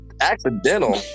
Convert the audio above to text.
Accidental